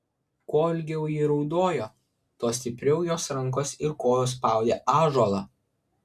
kuo ilgiau ji raudojo tuo stipriau jos rankos ir kojos spaudė ąžuolą